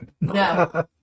No